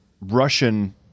Russian